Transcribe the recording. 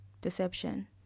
Deception